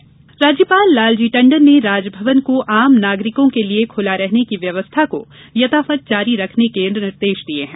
राजभवन अवलोकन राज्यपाल लालजी टंडन ने राजभवन को आम नागरिकों के लिए खुला रखने की व्यवस्था को यथावत जारी रखने के निर्देश दिये हैं